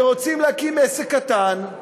שרוצים להקים עסק קטן,